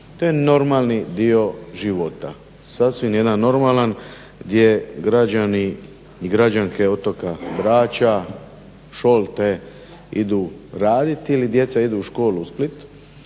To je normalni dio života, sasvim jedan normalan gdje građani i građanke otoka Brača, Šolte idu raditi ili djeca idu u školu u Split.